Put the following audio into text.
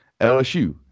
LSU